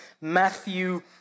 Matthew